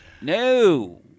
No